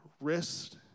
wrist